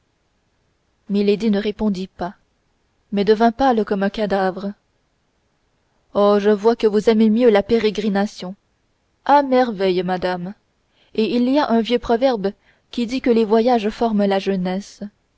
ne répondit pas mais devint pâle comme un cadavre oh je vois que vous aimez mieux la pérégrination à merveille madame et il y a un vieux proverbe qui dit que les voyages forment la jeunesse